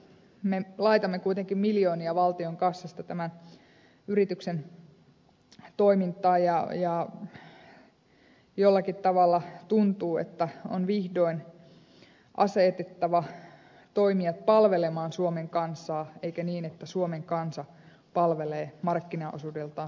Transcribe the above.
me laitamme kuitenkin miljoonia valtion kassasta tämän yrityksen toimintaan ja jollakin tavalla tuntuu että on vihdoin asetettava toimijat palvelemaan suomen kansaa eikä niin että suomen kansa palvelee markkinaosuudeltaan suurinta toimijaa